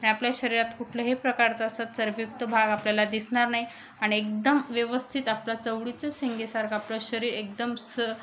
आणि आपल्या शरीरात कुठलंही प्रकारचं असं चरबीयुक्त भाग आपल्याला दिसणार नाही आणि एकदम व्यवस्थित आपलं चवळीच्या शेंगेसारखं आपलं शरीर एकदम स